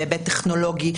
בהיבט טכנולוגי,